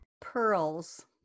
pearls